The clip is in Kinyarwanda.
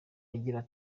igira